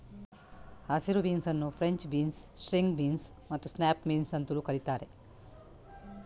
ಹಸಿರು ಬೀನ್ಸ್ ಅನ್ನು French beans, string beans ಮತ್ತು ಸ್ನ್ಯಾಪ್ ಬೀನ್ಸ್ ಅಂತಲೂ ಕರೀತಾರೆ